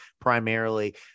primarily